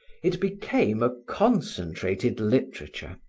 it became a concentrated literature,